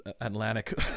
atlantic